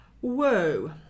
Whoa